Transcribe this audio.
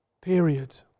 period